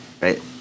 right